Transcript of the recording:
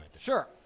Sure